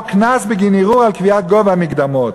או קנס בגין ערעור על קביעת גובה המקדמות.